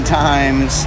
times